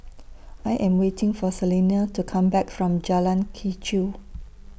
I Am waiting For Selena to Come Back from Jalan Quee Chew